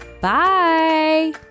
Bye